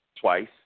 twice